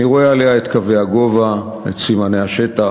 אני רואה עליה את קווי הגובה, את סימני השטח,